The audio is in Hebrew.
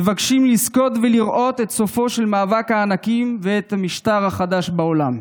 מבקשים לזכות ולראות את סופו של מאבק הענקים ואת המשטר החדש בעולם.